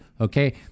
Okay